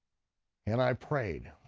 and i prayed,